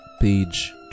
Page